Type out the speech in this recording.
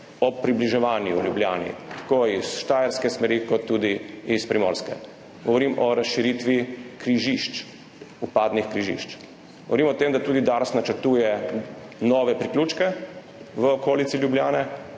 ob približevanju Ljubljani tako iz štajerske smeri kot tudi iz primorske. Govorim o razširitvi križišč, vpadnih križišč. Govorim o tem, da tudi Dars načrtuje nove priključke v okolici Ljubljane,